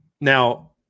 Now